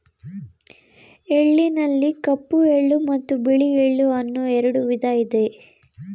ಎಳ್ಳಿನಲ್ಲಿ ಕಪ್ಪು ಎಳ್ಳು ಮತ್ತು ಬಿಳಿ ಎಳ್ಳು ಅನ್ನೂ ಎರಡು ವಿಧ ಇದೆ